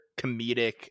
comedic